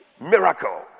miracle